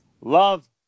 love